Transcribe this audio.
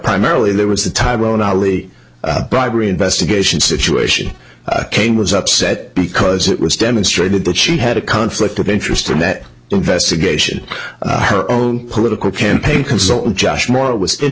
primarily there was the tyrone ali bribery investigation situation cain was upset because it was demonstrated that she had a conflict of interest in that investigation her own political campaign consultant josh more with